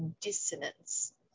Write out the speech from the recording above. dissonance